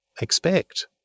expect